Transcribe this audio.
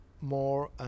more